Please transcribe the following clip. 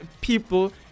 people